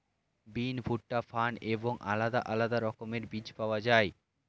বিন, ভুট্টা, ফার্ন এবং আলাদা আলাদা রকমের বীজ পাওয়া যায়